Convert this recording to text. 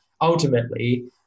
ultimately